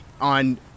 on